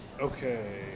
Okay